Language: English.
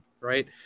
right